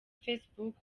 facebook